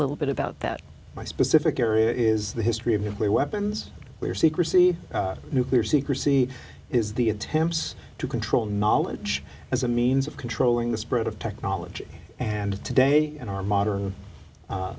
little bit about that my specific area is the history of nuclear weapons where secrecy nuclear secrecy is the attempts to control knowledge as a means of controlling the spread of technology and today in our modern